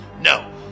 No